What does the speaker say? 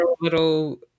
little